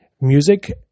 music